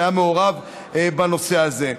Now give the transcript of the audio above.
שהיה מעורב בנושא הזה.